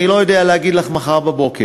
אני לא יודע להגיד לך מחר בבוקר.